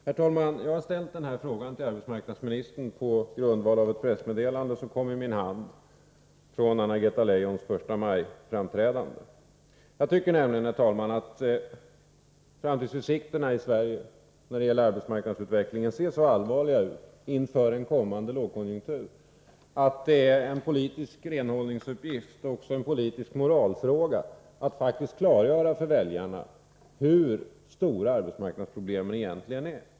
Herr talman! Jag har ställt den här frågan till arbetsmarknadsministern på grundval av ett pressmeddelande från Anna-Greta Leijons förstamajframträdande som kom i min hand. Jag tycker nämligen, herr talman, att framtidsutsikterna i Sverige när det gäller arbetsmarknadsutvecklingen ser så allvarliga ut inför en kommande lågkonjunktur att det är en politiskt renhållningsuppgift och också en moralfråga att faktiskt klargöra för väljarna hur stora arbetsmarknadsproblemen egentligen är.